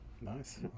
nice